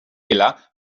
milà